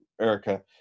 Erica